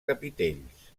capitells